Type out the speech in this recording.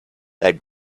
that